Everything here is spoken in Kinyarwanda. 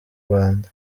rwanda